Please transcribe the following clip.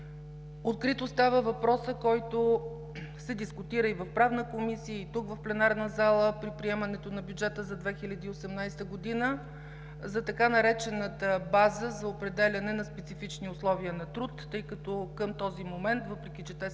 Открит остава въпросът, който се дискутира и в Правна комисия, и тук в пленарната зала при приемането на Бюджета за 2018 г., за така наречената „база за определяне на специфични условия на труд“. Тъй като към този момент, въпреки че те